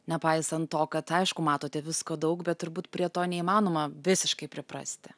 nepaisant to kad aišku matote visko daug bet turbūt prie to neįmanoma visiškai priprasti